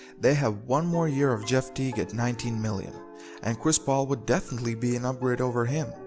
they have one more year of jeff teague at nineteen million and chris paul would definitely be an upgrade over him,